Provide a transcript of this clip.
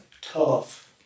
tough